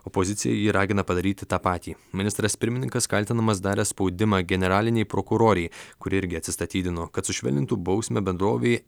opozicija jį ragina padaryti tą patį ministras pirmininkas kaltinamas daręs spaudimą generalinei prokurorei kuri irgi atsistatydino kad sušvelnintų bausmę bendrovei